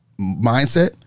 mindset